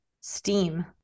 Steam